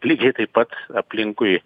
lygiai taip pat aplinkui